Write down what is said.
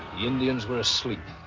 indians were asleep.